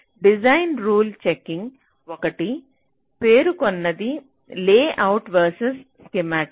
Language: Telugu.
డిజైన్ రూల్ చెకింగ్ ఒకటి పేరుకొన్నది లేఅవుట్ వర్సెస్ స్కీమాటిక్